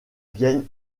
vienne